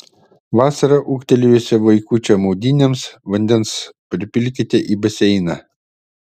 vasarą ūgtelėjusio vaikučio maudynėms vandens pripilkite į baseiną